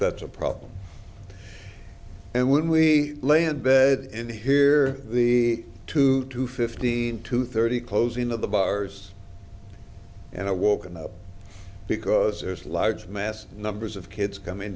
that's a problem and when we lay in bed and hear the two to fifteen to thirty closing of the bars and awoken up because there's large mass numbers of kids coming